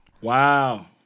Wow